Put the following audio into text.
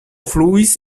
fluis